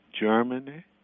Germany